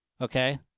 Okay